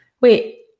Wait